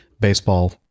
Baseball